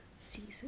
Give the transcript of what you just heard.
Season